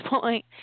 point